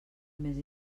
més